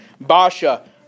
Basha